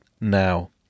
now